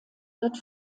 wird